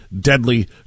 deadly